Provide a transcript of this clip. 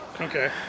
Okay